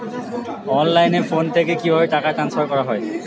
অনলাইনে ফোন থেকে কিভাবে টাকা ট্রান্সফার করা হয়?